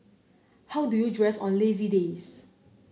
how do you dress on lazy days